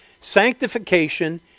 Sanctification